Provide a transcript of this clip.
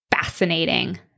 fascinating